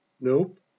Nope